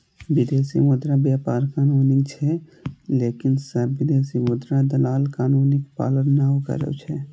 विदेशी मुद्रा व्यापार कानूनी छै, लेकिन सब विदेशी मुद्रा दलाल कानूनक पालन नै करै छै